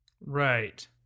Right